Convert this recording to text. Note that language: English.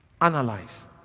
Analyze